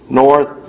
north